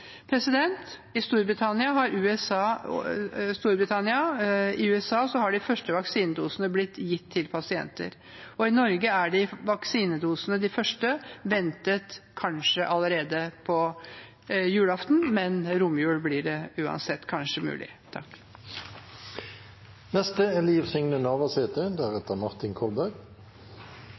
I Storbritannia og USA har de første vaksinedosene blitt gitt til pasienter. I Norge er de første vaksinedosene ventet kanskje allerede på julaften, men i romjulen blir det kanskje uansett mulig.